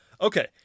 Okay